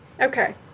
Okay